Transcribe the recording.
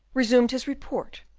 resumed his report,